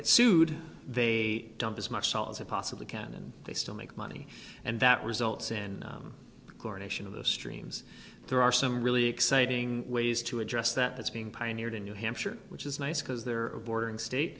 get sued they dump as much salt as they possibly can and they still make money and that results in coronation of the streams there are some really exciting ways to address that that's being pioneered in new hampshire which is nice because there are a bordering state